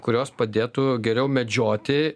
kurios padėtų geriau medžioti